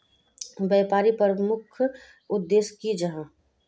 व्यापारी प्रमुख उद्देश्य की जाहा?